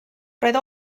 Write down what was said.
roedd